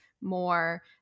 more